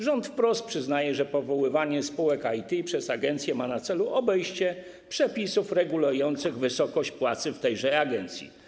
Rząd wprost przyznaje, że powoływanie spółek IT przez agencję ma na celu obejście przepisów regulujących wysokość płacy w tejże agencji.